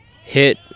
hit